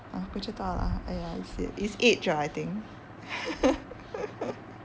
ah 不知道 lah !aiya! I said it's age lah I think